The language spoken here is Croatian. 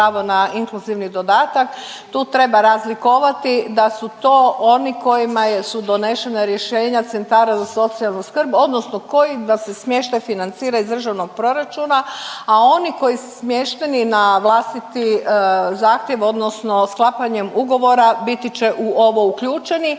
na inkluzivni dodatak tu treba razlikovati da su to oni kojima su donešena rješenja centara za socijalnu skrb, odnosno kojima se smještaj financira iz državnog proračuna a oni koji su smješteni na vlastiti zahtjev, odnosno sklapanjem ugovora biti će u ovo uključeni.